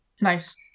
Nice